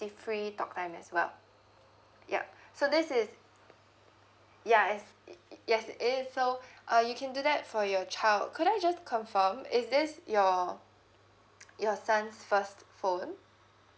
~ty free talk time as well yup so this is yeah it is yes it is so uh you can do that for your child could I just confirm is this your your son's first phone